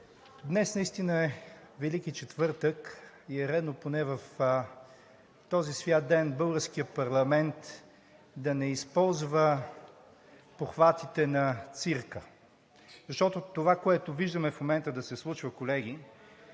Днес наистина е Велики четвъртък и е редно поне в този свят ден българският парламент да не използва похватите на цирка. Защото това, което виждаме в момента да се случва, колеги,